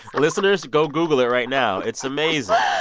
listeners, go google it right now. it's amazing, yeah